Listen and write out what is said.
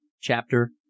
Chapter